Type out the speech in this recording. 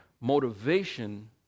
motivation